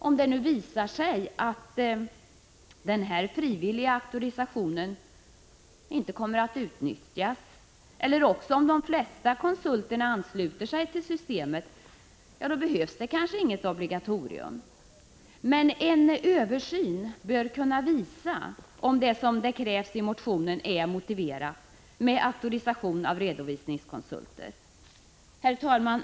Om det visar sig att den frivilliga auktorisationen inte kommer att utnyttjas eller om de flesta konsulter ansluter sig till systemet, behövs det kanske inte något obligatorium. Men en översyn bör kunna visa om det är motiverat med auktorisation av redovisningskonsulter, vilket krävs i motionen. Herr talman!